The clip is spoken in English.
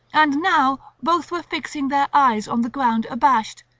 and now both were fixing their eyes on the ground abashed,